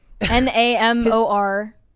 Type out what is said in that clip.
N-A-M-O-R